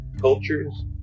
cultures